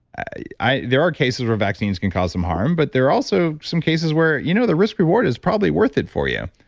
there are cases where vaccines can cause some harm, but there are also some cases where you know the risk reward is probably worth it for you